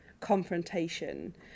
confrontation